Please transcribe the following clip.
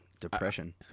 depression